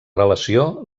relació